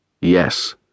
Yes